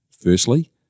Firstly